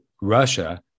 Russia